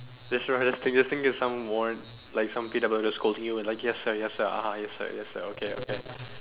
just remember just think just think of some warrant like some scolding you just yes sir yes sir (uh huh) yes sir yes sir okay okay